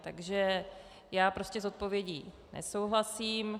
Takže já prostě s odpovědí nesouhlasím.